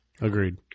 Agreed